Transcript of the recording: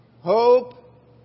hope